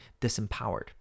disempowered